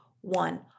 one